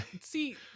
See